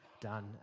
done